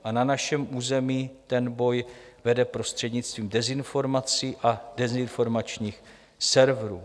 A na našem území ten boj vede prostřednictvím dezinformací a dezinformačních serverů.